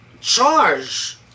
charge